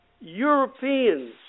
Europeans